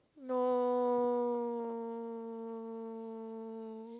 no